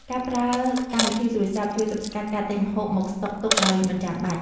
ការប្រើកម្មវិធីទូរសព្ទ ជួយទប់ស្កាត់ការទិញម្ហូបមកស្តុកទុកដោយមិនចាំបាច់។